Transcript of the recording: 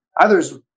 others